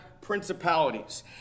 principalities